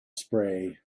spray